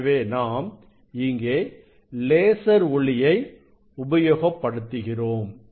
எனவே நாம் இங்கே லேசர் ஒளியை உபயோகப்படுத்துகிறோம்